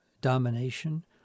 domination